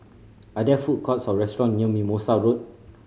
are there food courts or restaurant near Mimosa Road